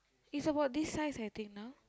is about this size I think now